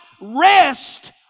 rest